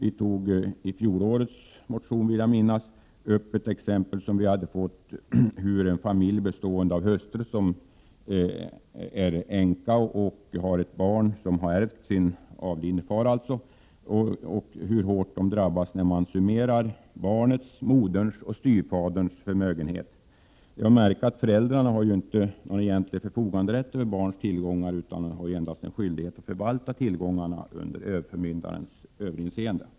I fjol tog vi upp ett exempel på hur hårt en familj bestående av en hustru som är änka och ett barn, som ärvt sin avlidne fader, drabbas när barnets, moderns och styvfaderns förmögenhet samtaxeras. Det är att märka att föräldrarna inte har någon egentlig förfoganderätt över barnens tillgångar utan endast har en skyldighet att förvalta tillgångarna under överförmyndarens överinseende.